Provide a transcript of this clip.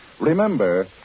Remember